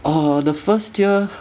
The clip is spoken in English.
uh the first year